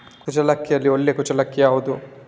ಕುಚ್ಚಲಕ್ಕಿಯಲ್ಲಿ ಒಳ್ಳೆ ಕುಚ್ಚಲಕ್ಕಿ ಯಾವುದು?